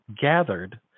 gathered